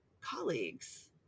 colleagues